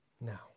now